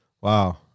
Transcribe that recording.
Wow